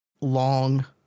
long